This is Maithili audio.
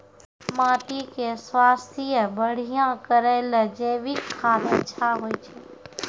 माटी के स्वास्थ्य बढ़िया करै ले जैविक खाद अच्छा होय छै?